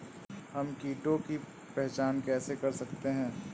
हम कीटों की पहचान कैसे कर सकते हैं?